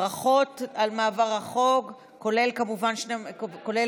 ברכות על מעבר החוק, כולל כמובן מרגי.